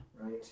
right